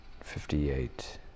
Fifty-eight